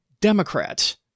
Democrats